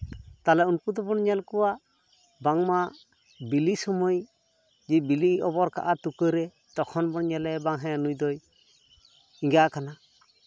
ᱛᱟᱦᱚᱞᱮ ᱩᱱᱠᱩ ᱫᱚᱵᱚᱱ ᱧᱮᱞ ᱠᱚᱣᱟ ᱵᱟᱝᱢᱟ ᱵᱤᱞᱤ ᱥᱚᱢᱚᱭ ᱜᱮ ᱵᱤᱞᱤ ᱚᱵᱚᱨ ᱠᱟᱜᱼᱟ ᱛᱩᱠᱟᱹᱨᱮ ᱛᱚᱠᱷᱚᱱ ᱵᱚᱱ ᱧᱮᱞᱮᱭᱟ ᱵᱟ ᱱᱩᱭ ᱫᱚᱭ ᱮᱸᱜᱟ ᱠᱟᱱᱟ